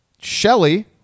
Shelly